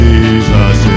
Jesus